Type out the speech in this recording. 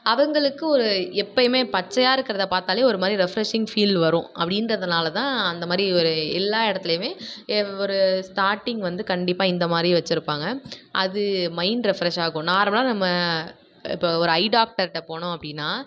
அவங்களுக்கு ஒரு எப்போயுமே பச்சையாக இருக்கிறத பார்த்தாலே ஒரு மாதிரி ரெஃப்ரஷிங் ஃபீல் வரும் அப்படின்றதுனால தான் அந்த மாதிரி ஒரு எல்லா இடத்துலயுமே எவ் ஒரு ஸ்டார்ட்டிங் வந்து கண்டிப்பாக இந்த மாதிரி வெச்சிருப்பாங்க அது மைண்ட் ரெஃப்ரெஷ் ஆகும் நார்மலாக நம்ம இப்போ ஒரு ஐ டாக்டர்ட்ட போனோம் அப்படின்னா